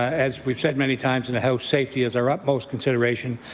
as we've said many times in the house, safety is our utmost consideration.